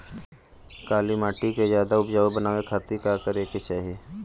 काली माटी के ज्यादा उपजाऊ बनावे खातिर का करे के चाही?